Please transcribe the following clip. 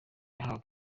yahawe